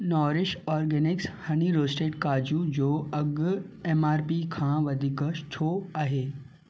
nourish Organics honey roasted काजू जो अघि एम आर पी खां वधीक छो आहे